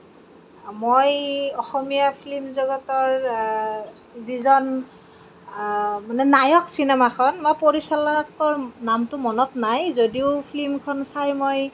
মই অসমীয়া ফিল্ম জগতৰ যিজন মানে নায়ক চিনেমাখন মই পৰিচালনাকৰ নামটো মনত নাই যদিও ফিল্মখন চাই মই